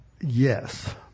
yes